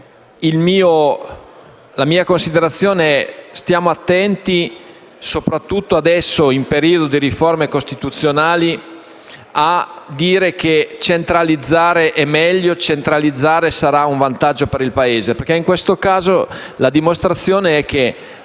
la mia considerazione è: stiamo attenti, soprattutto adesso, in periodo di riforme costituzionali, a dire che centralizzare è meglio e che sarà un vantaggio per il Paese. In questo caso, infatti, la